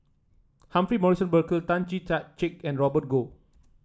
Humphrey Morrison Burkill Tan Chee Tan Check and Robert Goh